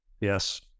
yes